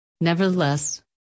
Nevertheless